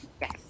Yes